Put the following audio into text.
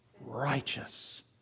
Righteous